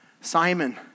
Simon